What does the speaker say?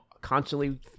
constantly